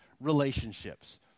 relationships